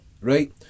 right